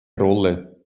rolle